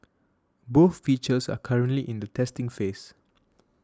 both features are currently in the testing phase